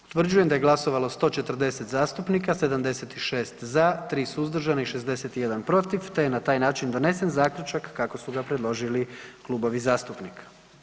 Utvrđujem da je glasovalo 140 zastupnika, 76 za, 3 suzdržana i 61 protiv te je na taj način donesen zaključak kako su ga predložili klubovi zastupnika.